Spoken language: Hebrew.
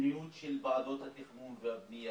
המדיניות של ועדות התכנון והבעיה